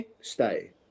stay